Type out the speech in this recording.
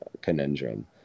conundrum